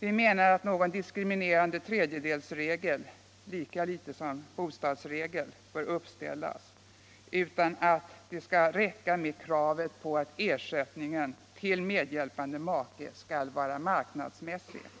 Vi menar att någon diskriminerande tredjedelsregel inte bör uppställas, lika litet som någon bostadsregel, utan det skall räcka att ersättning till medhjälpande make skall vara marknadsmässig. Herr talman!